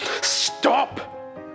STOP